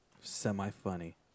Semi-funny